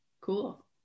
cool